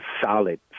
solid